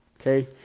Okay